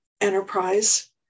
enterprise